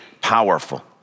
powerful